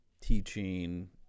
teaching